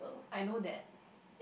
I know that